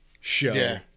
show